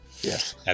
yes